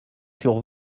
sur